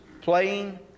playing